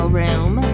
room